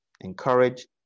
encourage